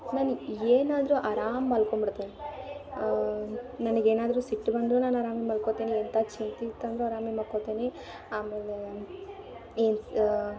ನನಿಗೆ ಏನಾದರೂ ಆರಾಮ ಮಲ್ಕೊಂಬಿಡ್ತೇನೆ ನನಗೇನಾದರೂ ಸಿಟ್ಟು ಬಂದರೂ ನಾನು ಆರಾಮಾಗಿ ಮಲ್ಕೊತೇನೆ ಎಂಥ ಚಿಂತೆ ಇತ್ತಂದರೂ ಆರಾಮ ಮಲ್ಕೊತೀನಿ ಆಮೇಲೆ